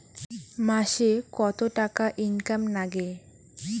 মাসে কত টাকা ইনকাম নাগে?